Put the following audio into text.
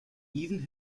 even